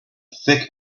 thick